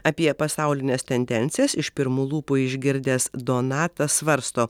apie pasaulines tendencijas iš pirmų lūpų išgirdęs donatas svarsto